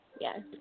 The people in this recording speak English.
Yes